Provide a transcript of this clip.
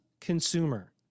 consumer